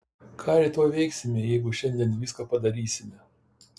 ką rytoj veiksime jeigu šiandien viską padarysime